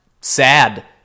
Sad